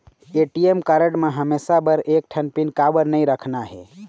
ATM card म हमेशा बर एक ठन पिन काबर नई रखना हे?